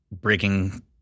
breaking